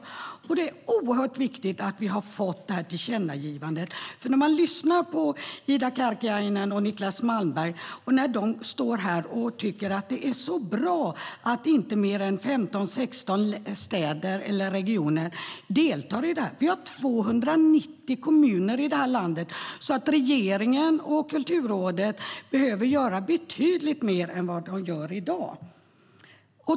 Tillkännagivandet är oerhört viktigt. Ida Karkiainen och Niclas Malmberg står här i talarstolen och säger att det är bra att inte mer än 15-16 städer eller regioner deltar i det här. Vi har 290 kommuner i det här landet! Regeringen och Kulturrådet behöver alltså göra betydligt mer än de gör i dag.